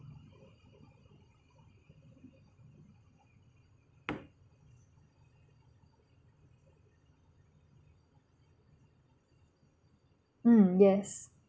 mm yes